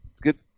good